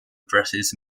addresses